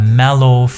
mellow